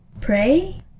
pray